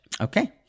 Okay